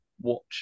watch